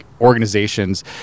organizations